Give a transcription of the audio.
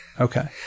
Okay